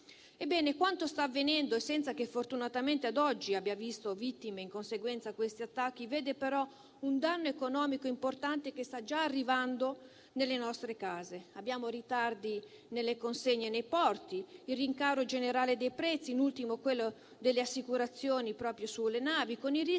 Ebbene, quanto sta avvenendo senza che, fortunatamente, ad oggi si siano registrate vittime in conseguenza di quegli attacchi, sta cagionando però un danno economico importante che sta già arrivando nelle nostre case: abbiamo ritardi nelle consegne nei porti, il rincaro generale dei prezzi, in ultimo quello delle assicurazioni proprio sulle navi, con il rischio